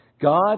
God